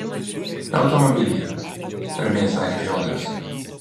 automobilyje ramiai atsakė fiodoras